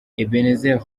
ebenezer